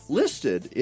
listed